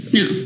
no